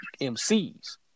MCs